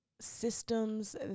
systems